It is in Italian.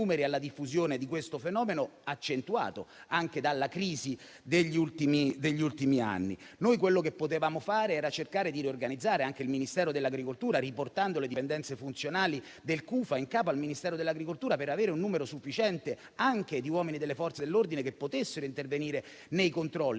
anni. Quello che potevamo fare era cercare di riorganizzare anche il Ministero dell'agricoltura, riportando le dipendenze funzionali del CUFA in capo al Ministero dell'agricoltura, per avere un numero sufficiente anche di uomini delle Forze dell'ordine che potessero intervenire nei controlli.